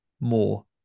more